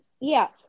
yes